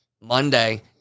Monday